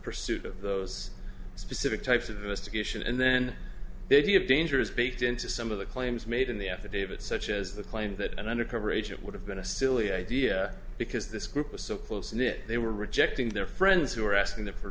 pursuit of those specific types of the sticky issue and then video of danger is based into some of the claims made in the affidavit such as the claim that an undercover agent would have been a silly idea because this group was so close knit they were rejecting their friends who were asking them for